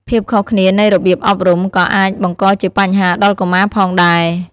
ភាពខុសគ្នានៃរបៀបអប់រំ ក៏អាចបង្កជាបញ្ហាដល់កុមារផងដែរ។